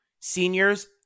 seniors